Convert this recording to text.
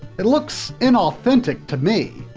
it looks inauthentic to me.